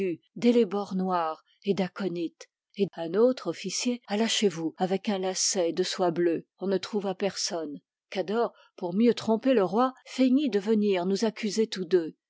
ciguë d'ellébore noir et d'aconit et un autre officier alla chez vous avec un lacet de soie bleue on ne trouva personne cador pour mieux tromper le roi feignit de venir nous accuser tous deux